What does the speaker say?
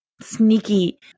sneaky